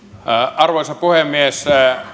arvoisa puhemies